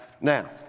Now